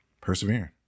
Persevering